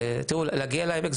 תראו להגיע לעמק,